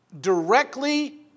directly